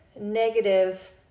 negative